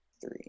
Three